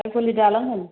आइफवालि दालां होन